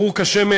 ברור כשמש,